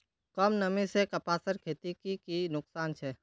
कम नमी से कपासेर खेतीत की की नुकसान छे?